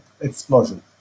explosion